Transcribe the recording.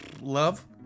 Love